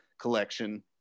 collection